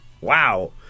wow